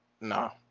No